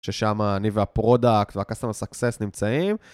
ששם אני והפרודקט וה-customer success נמצאים